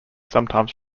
sometimes